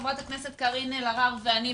חברת הכנסת קארין אלהרר ואני,